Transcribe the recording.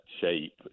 shape